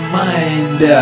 mind